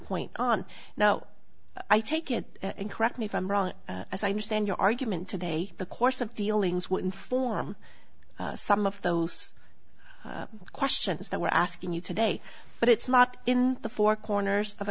point on now i take it and correct me if i'm wrong as i understand your argument today the course of dealings would inform some of those questions that we're asking you today but it's not in the four corners of